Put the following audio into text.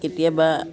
কেতিয়াবা